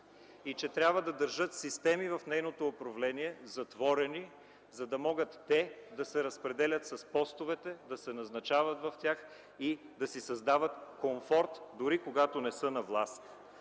и че трябва да държат затворени системи в нейното управление, за да могат те да се разпределят с постовете, да се назначават в тях и да си създават комфорт, дори когато не са на власт.